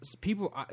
people